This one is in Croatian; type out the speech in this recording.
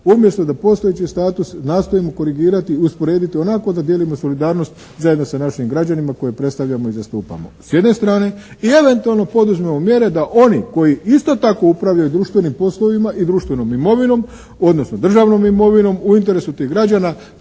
umjesto da postojeći status nastojimo korigirati i usporediti onako da dijelimo solidarnost zajedno sa našim građanima koje predstavljamo i zastupamo s jedne strane, i eventualno poduzmemo mjere da oni koji isto tako upravljaju društvenim poslovima i društvenom imovinom odnosno državnom imovinom u interesu tih građana